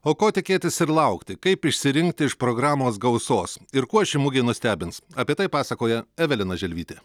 o ko tikėtis ir laukti kaip išsirinkti iš programos gausos ir kuo ši mugė nustebins apie tai pasakoja evelina želvytė